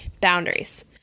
boundaries